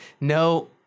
no